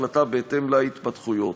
החלטה בהתאם להתפתחויות.